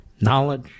knowledge